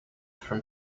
from